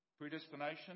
predestination